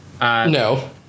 No